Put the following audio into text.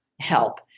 help